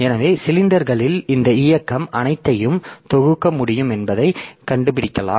எனவே சிலிண்டர்களில் இந்த இயக்கம் அனைத்தையும் தொகுக்க முடியும் என்பதை கண்டுபிடிக்கலாம்